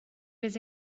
was